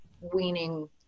weaning